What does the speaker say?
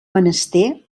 menester